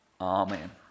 amen